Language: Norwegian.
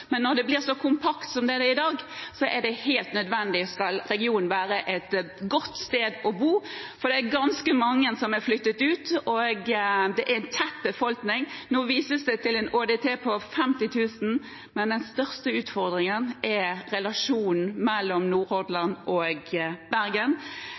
men når det blir så kompakt som det er i dag, er det helt nødvendig hvis regionen skal være et godt sted å bo – for det er ganske mange som har flyttet ut, og det er en tett befolkning. Nå vises det til en ÅDT på 50 000, men den største utfordringen er relasjonen mellom